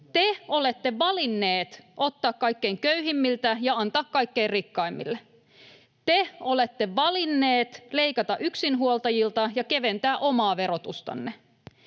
Te olette valinneet ottaa kaikkein köyhimmiltä ja antaa kaikkein rikkaimmille. Te olette valinneet leikata yksinhuoltajilta ja keventää omaa verotustanne.